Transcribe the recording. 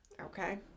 Okay